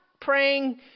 praying